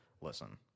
Listen